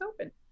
open